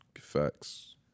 Facts